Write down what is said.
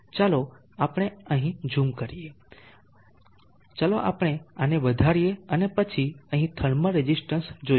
ચાલો આપણે અહીં ઝૂમ કરીએ ચાલો આપણે આને વધારીએ અને પછી અહીં થર્મલ રેઝિસ્ટન્સ જોઈએ